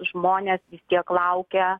žmonės vis tiek laukia